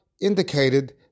Indicated